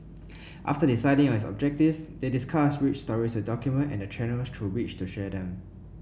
after deciding on its objectives they discussed which stories to document and the channels through which to share them